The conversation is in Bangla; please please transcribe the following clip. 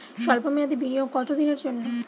সল্প মেয়াদি বিনিয়োগ কত দিনের জন্য?